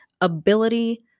Ability